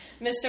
Mr